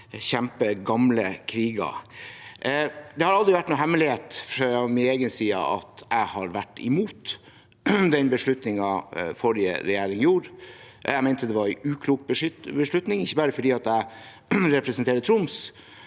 kjempegamle kriger. Det har aldri vært noen hemmelighet fra min side at jeg har vært imot den beslutningen forrige regjering gjorde. Jeg mente det var en uklok beslutning, ikke bare fordi jeg representerer Troms,